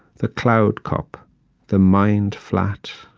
the cloud cup the mind flat,